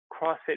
CrossFit